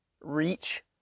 reach